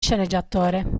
sceneggiatore